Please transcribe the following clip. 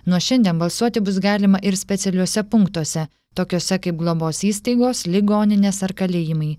nuo šiandien balsuoti bus galima ir specialiuose punktuose tokiuose kaip globos įstaigos ligoninės ar kalėjimai